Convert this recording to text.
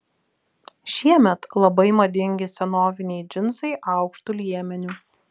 šiemet labai madingi senoviniai džinsai aukštu liemeniu